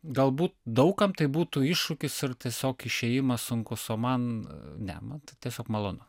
galbūt daug kam tai būtų iššūkis ar tiesiog išėjimas sunkus o man ne nu tai tiesiog malonu